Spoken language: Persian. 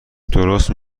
درست